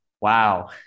Wow